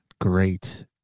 great